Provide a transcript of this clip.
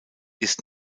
ist